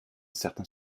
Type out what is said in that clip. certain